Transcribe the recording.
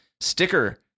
sticker